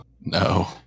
no